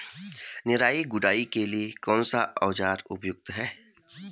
निराई गुड़ाई के लिए कौन सा औज़ार उपयुक्त है?